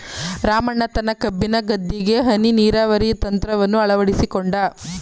ರಾಮಣ್ಣ ತನ್ನ ಕಬ್ಬಿನ ಗದ್ದೆಗೆ ಹನಿ ನೀರಾವರಿ ತಂತ್ರವನ್ನು ಅಳವಡಿಸಿಕೊಂಡು